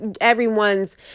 everyone's